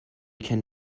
can